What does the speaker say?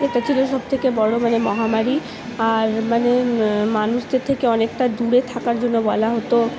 এটা ছিল সব থেকে বড় মানে মহামারী আর মানে মানুষদের থেকে অনেকটা দূরে থাকার জন্য বলা হত